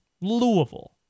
Louisville